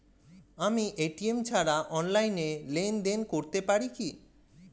আমি এ.টি.এম ছাড়া অনলাইনে লেনদেন করতে পারি কি?